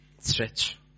Stretch